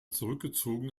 zurückgezogen